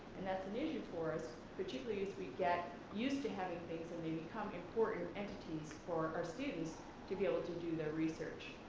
and that's an issue for us, particularly as we get used to having things and they become important entities for our students to be able to do their research.